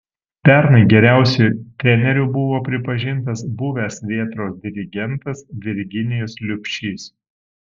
pernai geriausiu treneriu buvo pripažintas buvęs vėtros dirigentas virginijus liubšys